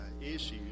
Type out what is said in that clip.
issues